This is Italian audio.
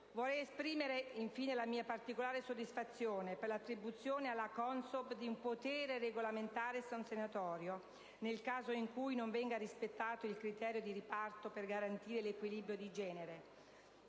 Vorrei esprimere la mia particolare soddisfazione per l'attribuzione alla CONSOB di un potere regolamentare e sanzionatorio, nel caso in cui non venga rispettato il criterio di riparto per garantire l'equilibrio di genere,